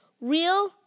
real